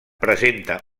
presenta